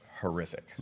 horrific